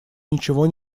ничего